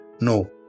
No